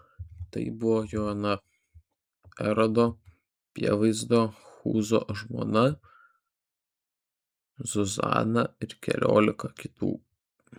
tai buvo joana erodo prievaizdo chūzo žmona zuzana ir keliolika kitų